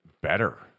better